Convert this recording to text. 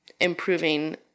improving